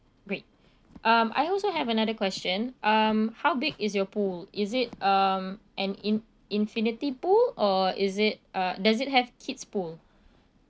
great um I also have another question um how big is your pool is it um an in~ infinity pool or is it uh does it have kid's pool